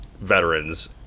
veterans